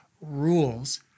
rules